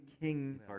king